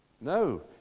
No